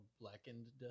Blackened